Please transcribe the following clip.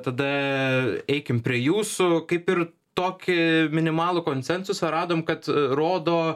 tada eikim prie jūsų kaip ir tokį minimalų konsensusą radom kad rodo